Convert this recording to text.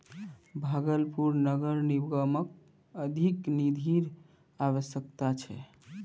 भागलपुर नगर निगमक अधिक निधिर अवश्यकता छ